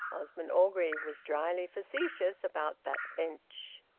osmond orgreave was dryly facetious about that bench.